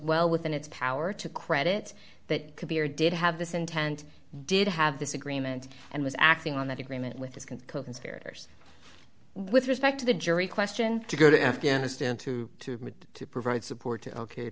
well within its power to credit that could be or did have this intent did have this agreement and was acting on that agreement with his coconspirators with respect to the jury question to go to afghanistan to provide support